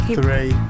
three